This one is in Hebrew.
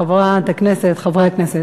חברת הכנסת וחברי הכנסת,